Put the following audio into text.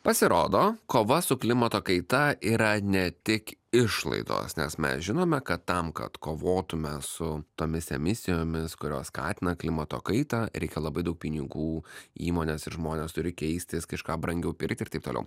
pasirodo kova su klimato kaita yra ne tik išlaidos nes mes žinome kad tam kad kovotume su tomis emisijomis kurios skatina klimato kaitą reikia labai daug pinigų įmonės ir žmonės turi keistis kažką brangiau pirkti ir taip toliau